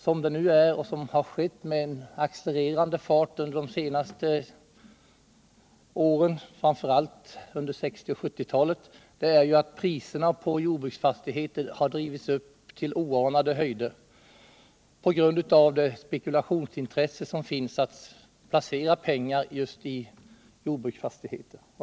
Vad som nu sker och har skett med accelererande fart under de senaste åren, speciellt under 1960 och 1970 talen, är att priserna på jordbruksfastigheter drivs upp till oanade höjder på grund av det spekulationsintresse som finns — man placerar pengar just i jordbruksfastigheter.